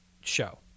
show